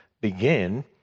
begin